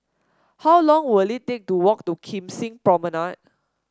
how long will it take to walk to Kim Seng Promenade